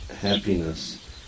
happiness